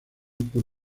por